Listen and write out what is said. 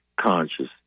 conscious